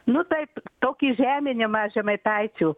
nu taip tokį žeminimą žemaitaičio